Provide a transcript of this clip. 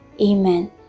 Amen